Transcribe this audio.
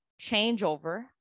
changeover